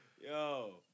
Yo